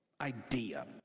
idea